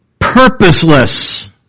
purposeless